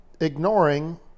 Ignoring